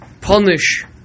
punish